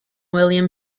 william